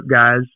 guys